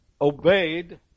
obeyed